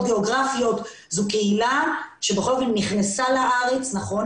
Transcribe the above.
גיאוגרפיות אבל זו קהילה שנכנסה לארץ נכון,